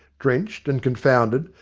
drenched and con founded,